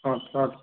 okay okay